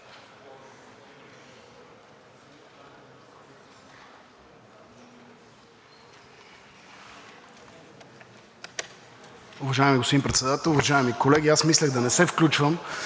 Уважаеми господин Председател, уважаеми колеги! Мислех да не се включвам,